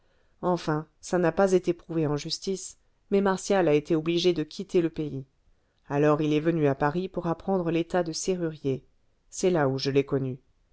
enfin ça n'a pas été prouvé en justice mais martial a été obligé de quitter le pays alors il est venu à paris pour apprendre l'état de serrurier c'est là où je l'ai connu